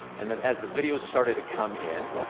and then as the videos started to come in.